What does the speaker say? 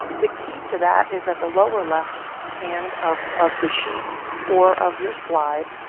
the key to that is at the lower left hand of of the sheet or of your slide.